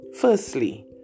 Firstly